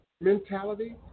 mentality